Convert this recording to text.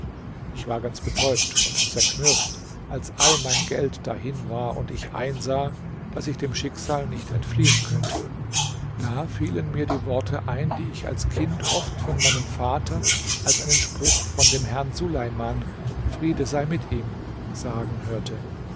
ich war ganz betäubt und zerknirscht als all mein geld dahin war und ich einsah daß ich dem schicksal nicht entfliehen könnte da fielen mir die worte ein die ich als kind oft von meinem vater als einen spruch von dem herrn suleimann friede sei mit ihm sagen hörte